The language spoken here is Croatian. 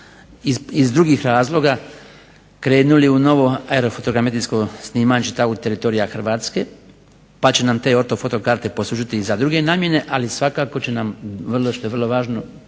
iz drugih razloga krenuli u novo aerofotogrametrijsko snimanje čitavog teritorija Hrvatske pa će nam te ortofoto karte poslužiti i za druge namjene. Ali svakako će nam, što je vrlo važno,